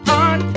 on